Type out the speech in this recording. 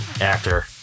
actor